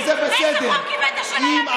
איזה חוק הבאת של הימין?